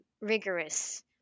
rigorous